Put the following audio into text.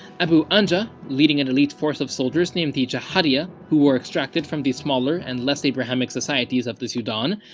abu anja, leading an elite force of soldiers named the jahadiya, who were extracted from the smaller and less abrahamic societies of the sudan,